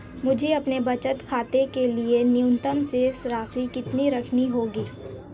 मुझे अपने बचत खाते के लिए न्यूनतम शेष राशि कितनी रखनी होगी?